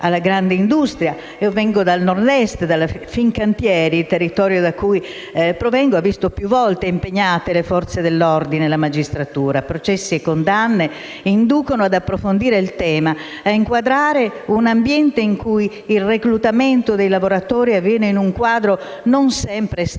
dal Nord-Est. La Fincantieri, nel territorio da cui provengo, ha visto più volte impiegate le Forze dell'ordine e la magistratura. Processi e condanne inducono ad approfondire il tema e a inquadrare un ambiente in cui il reclutamento dei lavoratori avviene in un contesto non sempre estraneo